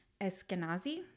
Eskenazi